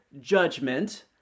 judgment